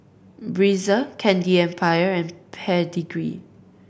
Breezer Candy Empire and Pedigree